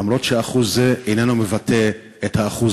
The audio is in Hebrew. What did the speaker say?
למרות שאחוז זה איננו מבטא את האחוז